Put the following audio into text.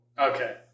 Okay